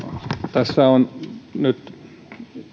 tässä on nyt